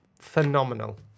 phenomenal